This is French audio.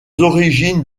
origines